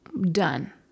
done